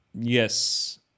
Yes